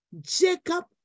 Jacob